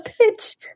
pitch